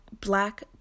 black